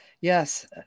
Yes